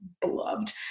beloved